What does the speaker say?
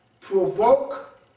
provoke